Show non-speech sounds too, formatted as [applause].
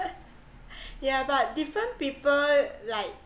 [laughs] yeah but different people like